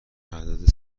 عدد